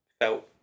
felt